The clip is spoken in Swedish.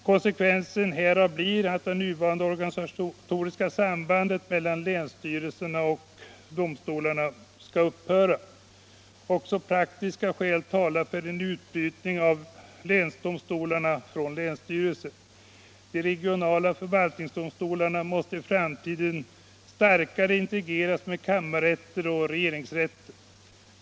Konsekvensen härav blir att det nuvarande organisatoriska sambandet mellan länsstyrelserna och domstolarna skall upphöra. Också praktiska skäl talar för en utbrytning av länsdomstolarna från länsstyrelsen. De regionala förvaltningsdomstolarna måste i framtiden starkare integreras med kammarrätterna och regeringsrätten.